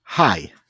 Hi